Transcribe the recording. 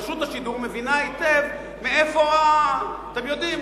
רשות השידור מבינה היטב מאיפה ה- אתם יודעים.